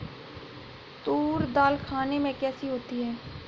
तूर दाल खाने में कैसी होती है?